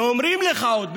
ואומרים לך עוד,